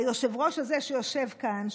היושב-ראש הזה שיושב כאן,